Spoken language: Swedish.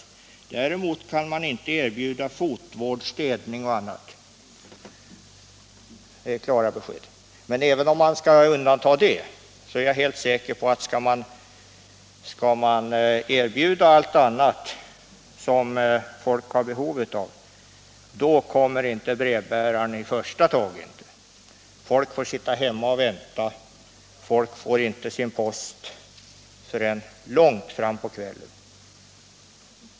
Däremot kan man inte erbjuda fotvård, städning och annat. Det är klara besked. Men även om man undantar sådant, är jag helt säker på att skall man erbjuda allt annat som folk har behov av kommer inte brevbäraren i första taget. Folk får sitta hemma och vänta, och människor får inte sin post förrän långt fram på kvällen.